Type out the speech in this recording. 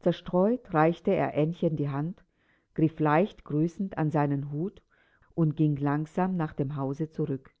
zerstreut reichte er aennchen die hand griff leicht grüßend an seinen hut und ging langsam nach dem hause zurück